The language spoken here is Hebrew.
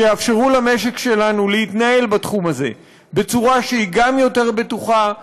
שיאפשרו למשק שלנו להתנהל בתחום הזה בצורה שהיא גם יותר בטוחה,